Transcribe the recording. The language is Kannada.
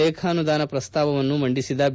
ಲೇಖಾನುಧಾನ ಪ್ರಸ್ತಾವವನ್ನು ಮಂಡಿಸಿದ ಬಿ